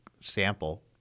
sample